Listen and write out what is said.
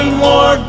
more